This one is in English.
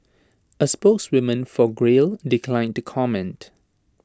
A spokeswoman for Grail declined to comment